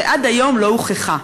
שעד היום לא הוכחה.